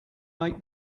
make